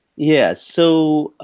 yeah, so